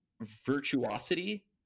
Virtuosity